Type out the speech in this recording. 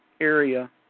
area